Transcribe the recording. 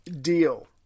deal